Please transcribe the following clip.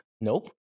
Nope